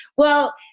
well,